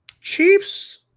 Chiefs